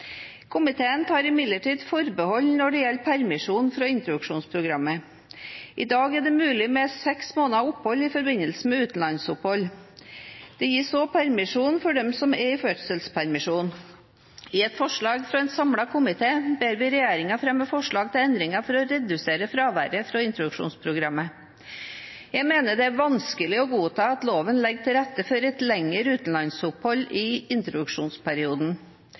Komiteen tar imidlertid forbehold når det gjelder permisjon fra introduksjonsprogrammet. I dag er det mulig med seks måneders opphold i forbindelse med utenlandsopphold. Det gis også permisjon for dem som er i fødselspermisjon. I et forslag fra en samlet komité ber vi regjeringen fremme forslag til endringer for å redusere fraværet fra introduksjonsprogrammet. Jeg mener det er vanskelig å godta at loven legger til rette for et lenger utenlandsopphold i introduksjonsperioden.